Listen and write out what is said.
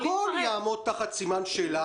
הכול יעמוד תחת סימן שאלה.